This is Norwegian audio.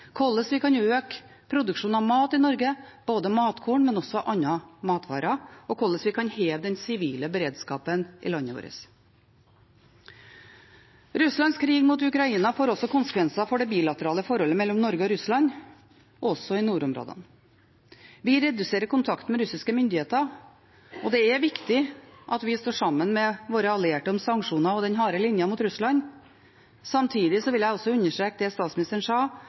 hvordan vi kan øke produksjonen av mat i Norge, både matkorn og andre matvarer, og hvordan vi kan heve den sivile beredskapen i landet vårt. Russlands krig mot Ukraina får også konsekvenser for det bilaterale forholdet mellom Norge og Russland, også i nordområdene. Vi reduserer kontakten med russiske myndigheter, og det er viktig at vi står sammen med våre allierte om sanksjoner og den harde linja mot Russland. Samtidig vil jeg understreke det statsministeren sa